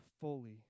fully